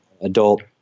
adult